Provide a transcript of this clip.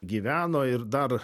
gyveno ir dar